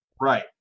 Right